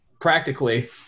practically